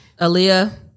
Aaliyah